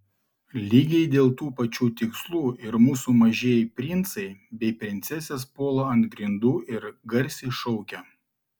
lygiai dėl tų pačių tikslų ir mūsų mažieji princai bei princesės puola ant grindų ir garsiai šaukia